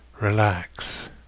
relax